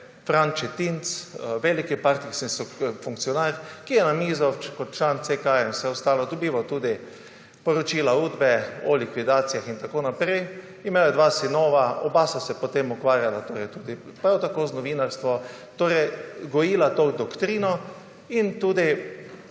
Fran Šetinc, veliki partijski funkcionar, ki je na mizo kot član CK in vse ostalo dobival tudi poročila Udbe o likvidacijah in tako naprej. Imel je dva sinova, oba sta se potem ukvarjala prav tako z novinarstvom, torej gojila to doktrino, in tudi